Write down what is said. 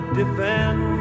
defend